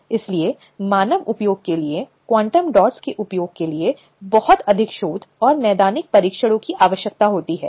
चाहे वह महिला चिंता के संबंध में हो चाहे वह कृत्य आपत्तिजनक हो वह कृत्य हानिकारक है इस पर विचार करना महत्वपूर्ण है